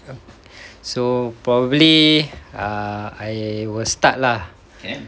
so probably err I will start lah